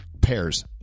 Pairs